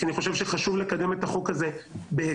אני חושב שחשוב לקדם את החוק הזה בהקדם,